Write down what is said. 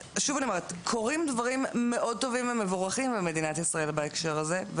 קורים דברים מאוד טובים ומבורכים במדינת ישראל בהקשר הזה,